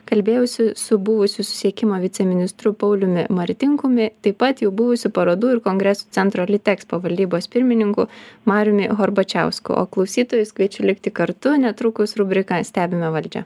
kalbėjausi su buvusiu susisiekimo viceministru pauliumi martinkumi taip pat jau buvusiu parodų ir kongresų centro litekspo valdybos pirmininku mariumi horbačiausku o klausytojus kviečia likti kartu netrukus rubrika stebime valdžią